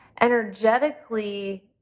energetically